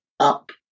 up